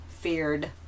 feared